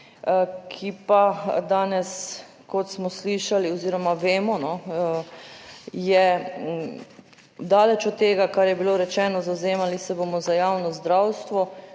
ki pa danes kot smo slišali oziroma vemo, no, je daleč od tega, kar je bilo rečeno, zavzemali se bomo za javno zdravstvo,